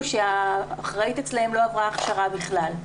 על כך שהאחראית אצלם לא עברה הכשרה בכלל.